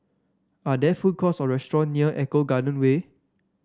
are there food courts or restaurant near Eco Garden Way